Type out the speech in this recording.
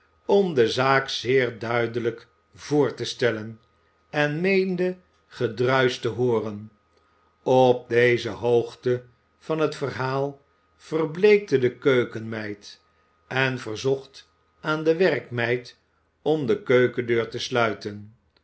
om de zaak zeer duidelijk voor te stellen en meende gedruisch te hooren op deze hoogte van het verhaal verbleekte de keukenmeid en verzocht aan de werkmeid om de keukendeur te sluiten